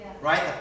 Right